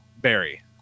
Barry